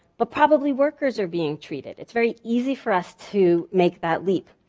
but probably workers are being treated. it's very easy for us to make that leap.